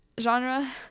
genre